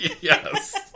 Yes